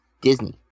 Disney